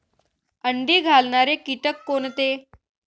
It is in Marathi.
अंडी घालणारे किटक कोणते?